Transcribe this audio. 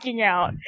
out